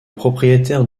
propriétaire